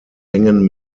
hängen